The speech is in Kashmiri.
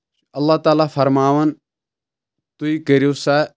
اللہ تعالیٰ فرماوان تُہۍ کٔرو سہ